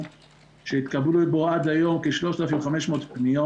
שהתקבלו לפה עד היום כ-3,500 פניות.